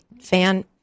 fan